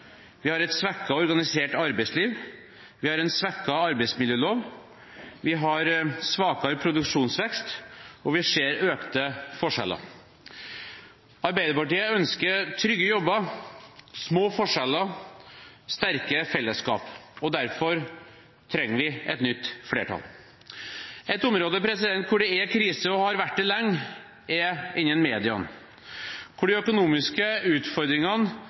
vi har et svekket organisert arbeidsliv, vi har en svekket arbeidsmiljølov, vi har svakere produksjonsvekst, og vi ser økte forskjeller. Arbeiderpartiet ønsker trygge jobber, små forskjeller og sterke felleskap, derfor trenger vi et nytt flertall. Et område hvor det er krise, og har vært det lenge, er innen media, der de økonomiske utfordringene